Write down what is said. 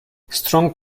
strong